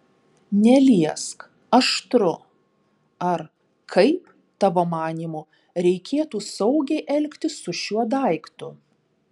neliesk aštru ar kaip tavo manymu reikėtų saugiai elgtis su šiuo daiktu